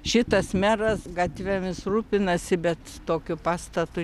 šitas meras gatvėmis rūpinasi bet tokiu pastatu